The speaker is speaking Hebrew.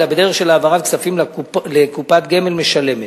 אלא בדרך של העברת הכספים לקופת גמל משלמת.